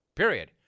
Period